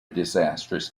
disastrous